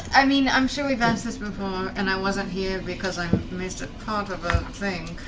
i mean i'm sure we've asked this before and i wasn't here because i missed a part of a thing?